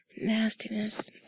nastiness